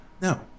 No